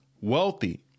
wealthy